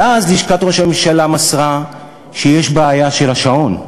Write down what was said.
ואז לשכת ראש הממשלה מסרה שיש בעיה של השעון,